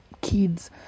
kids